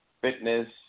fitness